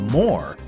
more